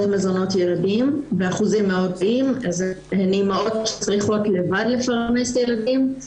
מזונות ילדים והן צריכות לפרנס לבד את הילדים.